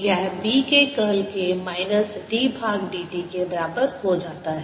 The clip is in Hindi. यह B के कर्ल के माइनस d भाग dt के बराबर हो जाता है